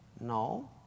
No